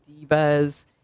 divas